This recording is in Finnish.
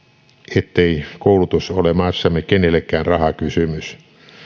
ettei koulutus ole maassamme kenellekään rahakysymys